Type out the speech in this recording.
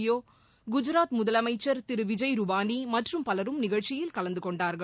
சுப்ரியோ குஜாத் முதலமைச்சர் திருவிஜய் ரூபானி மற்றும் பலரும் நிகழ்ச்சியில் கலந்துகொண்டார்கள்